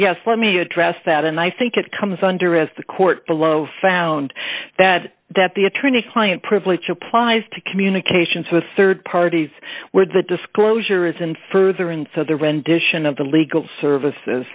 yes let me address that and i think it comes under as the court below found that that the attorney client privilege applies to communications with rd parties where the disclosure is in further and so the rendition of the legal services